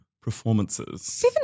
performances